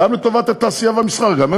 גברתי היושבת-ראש, רבותי השרים, סילבן, אני